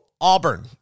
Auburn